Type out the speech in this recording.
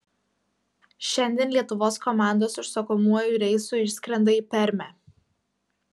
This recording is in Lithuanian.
šiandien lietuvos komandos užsakomuoju reisu išskrenda į permę